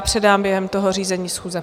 Předám během toho řízení schůze.